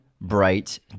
Bright